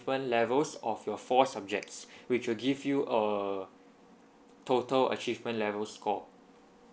levels of your four subjects which will give you a total achievement level score